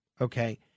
okay